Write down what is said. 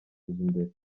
imbere